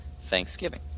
thanksgiving